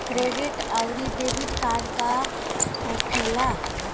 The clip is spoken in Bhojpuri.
क्रेडिट आउरी डेबिट कार्ड का होखेला?